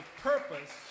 purpose